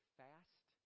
fast